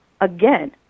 Again